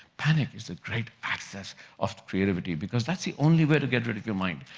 panic is the great access of creativity because that's the only way to get rid of your mind.